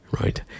right